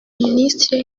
minisitiri